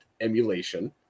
emulation